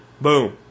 Boom